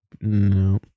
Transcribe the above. No